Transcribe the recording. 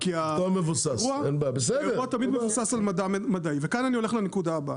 כי האירוע תמיד מבוסס על מדע מדעי וכאן אני הולך לנקודה הבאה,